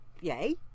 yay